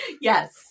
Yes